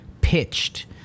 pitched